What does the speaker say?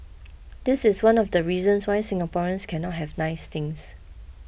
this is one of the reasons why Singaporeans cannot have nice things